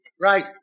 Right